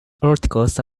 articles